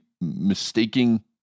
mistaking